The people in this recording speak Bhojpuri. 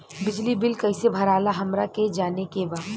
बिजली बिल कईसे भराला हमरा के जाने के बा?